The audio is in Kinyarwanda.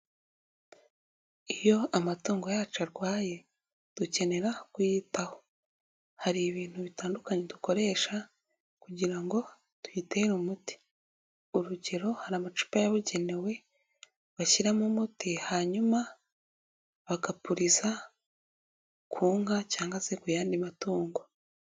Iyo amatungo yacu arwaye dukenera kuyitaho. Hari ibintu bitandukanye dukoresha kugira ngo tubitere umuti. Urugero hari amacupa yabugenewe bashyiramo umuti hanyuma bagapuriza ku nka cyangwa se ku yandi matungo.